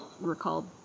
recalled